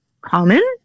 common